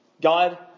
God